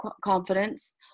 confidence